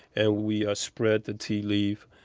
and we ah spread the tea leaf,